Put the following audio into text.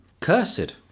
Cursed